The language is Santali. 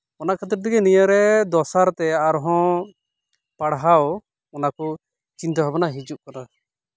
ᱚᱱᱟ ᱠᱷᱟᱹᱛᱤᱨ ᱛᱮᱜᱮ ᱱᱤᱭᱟᱹ ᱨᱮ ᱫᱚᱥᱟᱨ ᱛᱮ ᱟᱨᱦᱚᱸ ᱯᱟᱲᱦᱟᱣ ᱚᱱᱟ ᱠᱚ ᱪᱤᱱᱛᱟᱹ ᱵᱷᱟᱵᱽᱱᱟ ᱦᱤᱡᱩᱜ ᱠᱟᱱᱟ